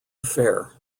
affair